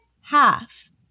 half